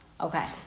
okay